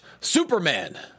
Superman